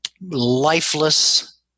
lifeless